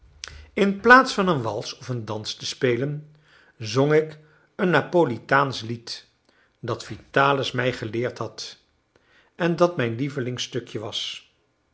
inplaats van een wals of een dans te spelen zong ik een napolitaansch lied dat vitalis mij geleerd had en dat mijn lievelingsstukje was